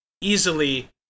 easily